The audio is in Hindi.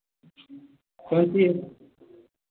कौन सी है